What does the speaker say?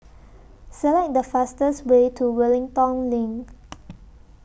Select The fastest Way to Wellington LINK